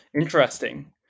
Interesting